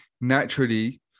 naturally